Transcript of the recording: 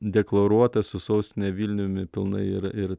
deklaruota su sostine vilniumi pilnai ir ir